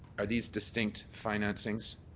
are these distinct financings?